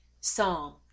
Psalm